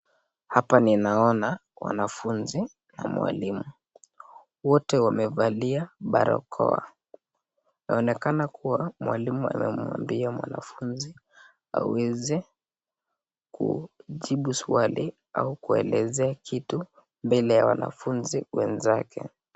Hapa ninaona wanafunzi na mwalimu. Wote wamevalia barakoa anaonekana kuwa mwalimu amemwambia mwanafunzi hawezi kujibu swali au kuelekezea kitu mbele ya wanafunzi wenzake.